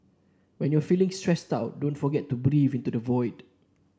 when you are feeling stressed out don't forget to breathe into the void